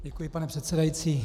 Děkuji, pane předsedající.